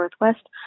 Northwest